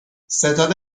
ستاد